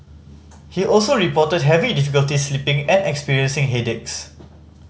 he also reported having difficulty sleeping and experiencing headaches